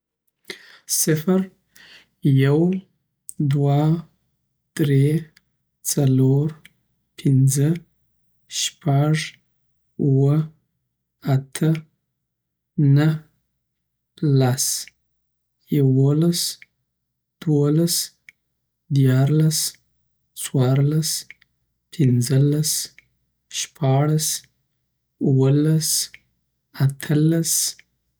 صفر یو دوه دری څلور پنخه شپږ اوه اته نه لس یوولس دولس دیارلس څوارلس پنځه لس شپاړس اوه لس اته لس